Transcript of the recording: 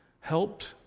helped